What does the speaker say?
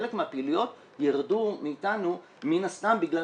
חלק מהפעילויות ירדו מאיתנו מן הסתם בגלל